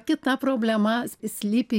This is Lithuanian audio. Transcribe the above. kita problema s slypi